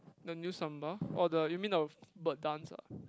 the new samba oh the you mean the bird dance uh